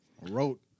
wrote